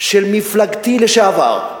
של מפלגתי לשעבר,